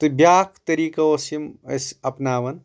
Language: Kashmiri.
تہٕ بیٛاکھ طٔریٖقہٕ اوس یِم ٲسۍ اپناوان